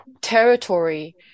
territory